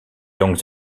langues